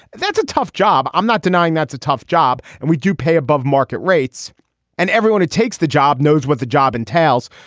that's a tough job. i'm not denying that's a tough job and we do pay above market rates and everyone takes the job knows what the job entails.